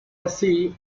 así